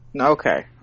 okay